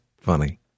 funny